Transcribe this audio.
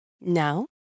Now